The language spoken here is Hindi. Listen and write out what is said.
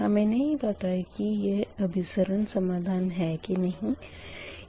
हमें नही पता के यह अभिसरण समाधान है के नही